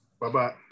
Bye-bye